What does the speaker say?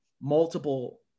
multiple